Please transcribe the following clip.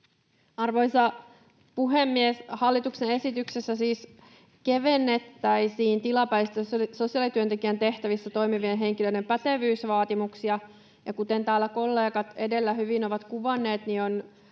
Arvoisa puhemies! Hallituksen esityksessä siis kevennettäisiin tilapäisissä sosiaalityöntekijän tehtävissä toimivien henkilöiden pätevyysvaatimuksia, ja kuten täällä kollegat edellä hyvin ovat kuvanneet, on